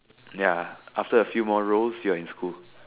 ya after a few more rolls you're in school